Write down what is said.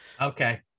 Okay